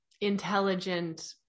intelligent